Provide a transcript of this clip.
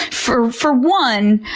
for for one,